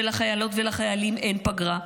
ולחיילות ולחיילים אין פגרה,